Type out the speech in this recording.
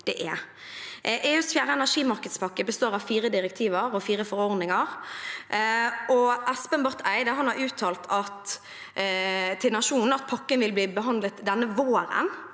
EUs fjerde energimarkedspakke består av fire direktiver og fire forordninger. Utenriksminister Espen Barth Eide har uttalt til Nationen at pakken vil bli behandlet denne våren.